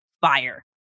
fire